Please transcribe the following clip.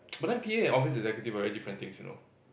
but then p_a and office executives are very different things you know